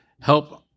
help